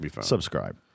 subscribe